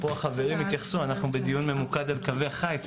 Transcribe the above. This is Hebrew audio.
היום אנחנו בדיון ממוקד על קווי החיץ,